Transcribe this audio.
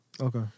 okay